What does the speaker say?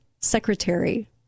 secretary